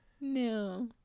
No